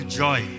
joy